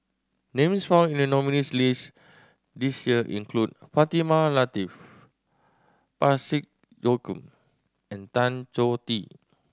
names found in the nominees' list this year include Fatimah Lateef Parsick Joaquim and Tan Choh Tee